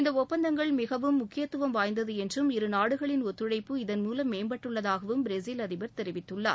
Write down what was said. இந்த ஒப்பந்தங்கள் மிகவும் முக்கியத்துவம் வாய்ந்தது என்றும் இரு நாடுகளின் ஒத்துழைப்பு இதன் மூலம் மேம்பட்டுள்ளதாக பிரேசில் அதிபர் தெரிவித்துள்ளார்